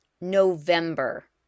November